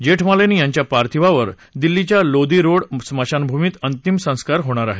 जेठमलानी यांच्या पार्थिवावर दिल्लीच्या लोदी रोड स्मशानभूमीत अंतिम संस्कार करण्यात येतील